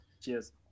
Cheers